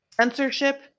Censorship